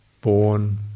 born